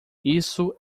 isso